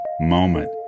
moment